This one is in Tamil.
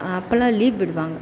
அப்பெலாம் லீவ் விடுவாங்க